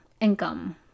income